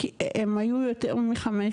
הם היו יותר מ-15.